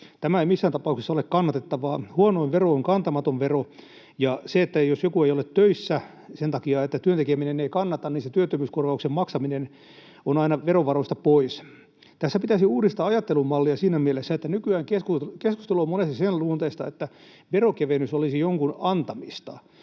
Tämä ei missään tapauksessa ole kannatettavaa. Huonoin vero on kantamaton vero. Ja jos joku ei ole töissä sen takia, että työn tekeminen ei kannata, niin se työttömyyskorvauksen maksaminen on aina verovaroista pois. Tässä pitäisi uudistaa ajattelumallia siinä mielessä, että nykyään keskustelu on monesti sen luonteista, että veronkevennys olisi jonkun antamista